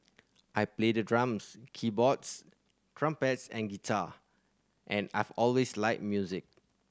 I play the drums keyboards trumpets and guitar and I've always liked music